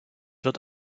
wird